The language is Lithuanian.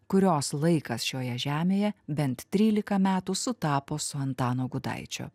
kurios laikas šioje žemėje bent trylika metų sutapo su antano gudaičio